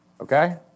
okay